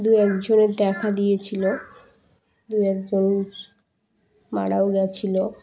দু একজনের দেখা দিয়েছিলো দু একজন মারাও গিয়েছিল